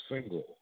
single